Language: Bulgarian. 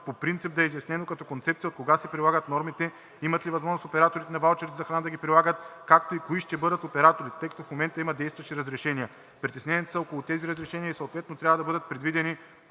по принцип да е изяснено като концепция откога да се прилагат нормите, имат ли възможност операторите на ваучерите за храна да ги прилагат, както и кои ще бъдат като оператори, тъй като в момента има действащи разрешения. Притесненията са около тези разрешения и съответно трябва да бъдат предвидени